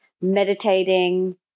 meditating